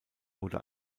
wurde